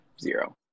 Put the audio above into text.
zero